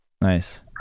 nice